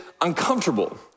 uncomfortable